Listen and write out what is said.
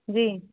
जी